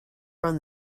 run